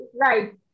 Right